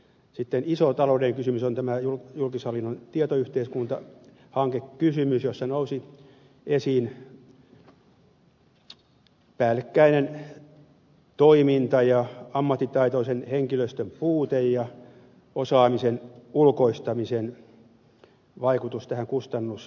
sitten iso taloudellinen kysymys on tämä julkishallinnon tietoyhteiskuntahankekysymys jossa nousi esiin päällekkäinen toiminta ja ammattitaitoisen henkilöstön puute ja osaamisen ulkoistamisen vaikutus tähän kustannuskehitykseen